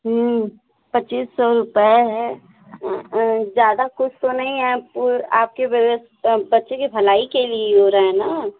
पच्चीस सौ बताया रुपये है ज़्यादा कुछ तो नहीं है पर आपके बच्चे की भलाई के लिए हो रहा है ना